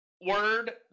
word